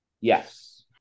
Yes